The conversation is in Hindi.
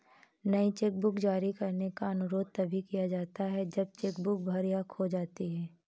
नई चेकबुक जारी करने का अनुरोध तभी किया जाता है जब चेक बुक भर या खो जाती है